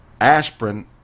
Aspirin